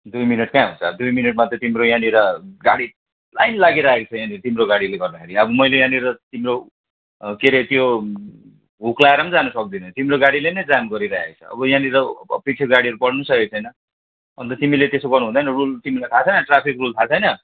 दुई मिनट कहाँ हुन्छ अब दुई मिनटमा त तिम्रो यहाँनिर गाडी लाइन लागि राखेको छ यहाँनिर तिम्रो गाडीले गर्दाखेरि मैले यहाँनिर तिम्रो के अरे त्यो हुक लाएर पनि जानु सक्दिन तिम्रो गाडीले नै जाम गरिराखेको छ याहाँनिर अफिसियल गाडीहरू बड्नुम पनि सकेको छैन अन्त तिमीले त्यसो गर्नु हुँदैन रुल तिमीलाई थाह छैन ट्राफिक रुल थाह छैन